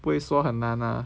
不会说很难啊